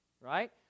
right